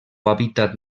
hàbitat